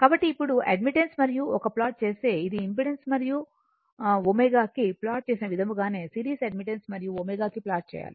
కాబట్టి ఇప్పుడు అడ్మిటెన్స్ మరియు ωకి ప్లాట్ చేస్తే ఇది ఇంపెడెన్స్ మరియు ωకి ప్లాట్ చేసిన విధముగానే సిరీస్ అడ్మిటెన్స్ మరియు ωకి ప్లాట్ చేయాలి